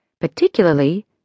particularly